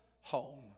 home